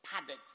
padded